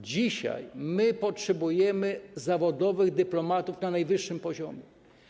Dzisiaj potrzebujemy zawodowych dyplomatów na najwyższym poziomie.